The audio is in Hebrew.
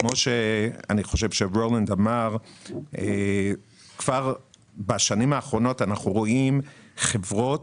אני חושב שרולנד אמר שכבר בשנים האחרונות אנחנו רואים חברות